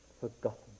forgotten